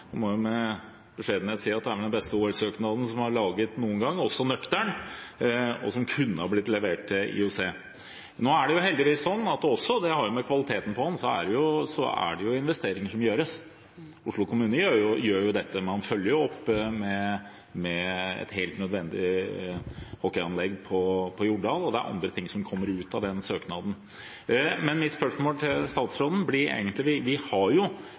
må med beskjedenhet si at det er den beste OL-søknaden som er laget noen gang – og også nøktern – og som kunne ha blitt levert IOC. Nå er det heldigvis sånn, og det har jo å gjøre med kvaliteten på den, at det er investeringer som gjøres. Oslo kommune gjør dette, man følger opp med et helt nødvendig hockeyanlegg på Jordal, og det er andre ting som kommer ut av den søknaden. Vi har ordninger, bl.a. inn mot nasjonalanlegg for idrett, og mitt spørsmål blir da: Er statsråden